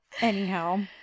Anyhow